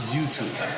YouTube